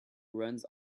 runs